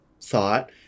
thought